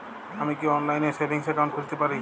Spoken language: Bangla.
আমি কি অনলাইন এ সেভিংস অ্যাকাউন্ট খুলতে পারি?